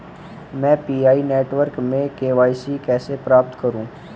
मैं PI network में KYC कैसे प्राप्त करूँ?